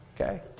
okay